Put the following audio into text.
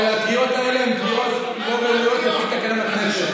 הקריאות האלה הן קריאות לא ראויות לפי תקנון הכנסת.